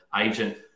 agent